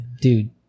dude